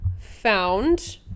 found